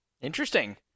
Interesting